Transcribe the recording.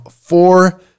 four